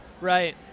Right